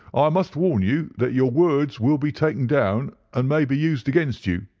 i must warn you that your words will be taken down, and may be used against you.